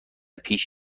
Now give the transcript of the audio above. پیش